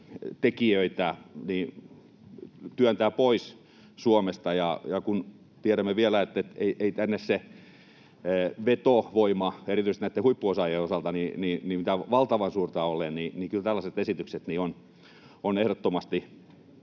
tekijöitä työntävät pois Suomesta. Ja kun tiedämme vielä, että ei tänne se vetovoima erityisesti näitten huippuosaajien osalta mitään valtavan suurta ole, niin kyllä tällaiset esitykset on ehdottomasti